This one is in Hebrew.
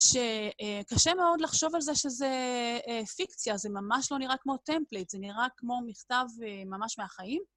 שקשה מאוד לחשוב על זה שזה פיקציה, זה ממש לא נראה כמו טמפלייט, זה נראה כמו מכתב ממש מהחיים.